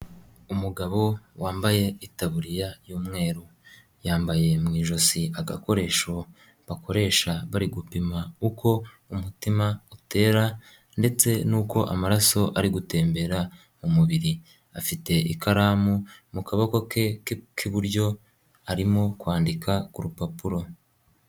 Umugabo wambaye itaburiya y'umweru, yambaye mu ijosi agakoresho bakoresha bari gupima uko umutima utera ndetse n'uko amaraso ari gutembera mu mubiri afite ikaramu mu kaboko ke k'iburyo arimo kwandika ku rupapuro.